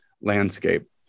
landscape